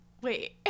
wait